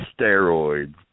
steroids